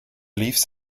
leaves